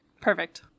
Perfect